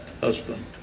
husband